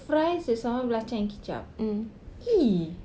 fries with sambal belacan and kicap !ee!